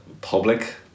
public